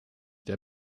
der